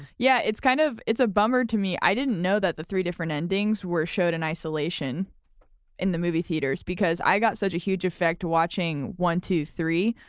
yeah, it's kind of, it's a bummer to me. i didn't know that the three different endings were showed in isolation in the movie theaters, because i got such a huge effect to watching one two three,